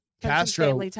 Castro